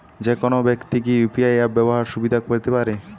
যেকোনো ব্যাক্তি কি ইউ.পি.আই অ্যাপ সুবিধা পেতে পারে?